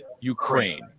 Ukraine